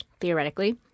theoretically